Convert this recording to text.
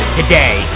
today